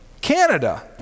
Canada